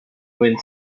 wind